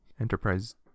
Enterprise